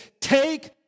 take